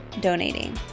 donating